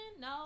No